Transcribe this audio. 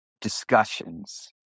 discussions